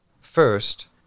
First